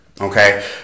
okay